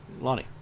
Lonnie